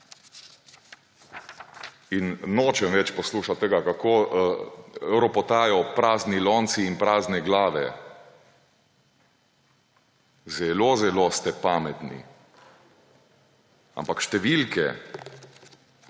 Nočem več poslušati tega, kako ropotajo prazni lonci in prazne glave. Zelo zelo ste pametni, ampak številke